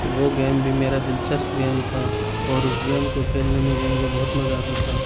تو وہ گیم بھی میرا دلچسپ گیم تھا اور اس گیم کو کھیلنے میں بھی مجھے بہت مزہ آتا تھا